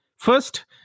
first